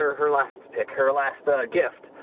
her her last pick, her last ah gift.